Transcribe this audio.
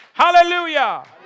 Hallelujah